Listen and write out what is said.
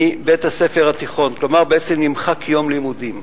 מבית-הספר התיכון, כלומר, בעצם נמחק יום לימודים.